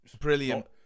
brilliant